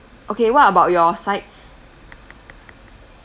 okay what about your sides